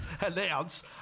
announce